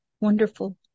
wonderful